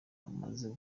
amaze